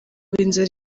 inzara